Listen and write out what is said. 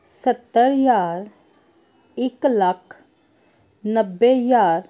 ਸੱਤਰ ਹਜ਼ਾਰ ਇੱਕ ਲੱਖ ਨੱਬੇ ਹਜ਼ਾਰ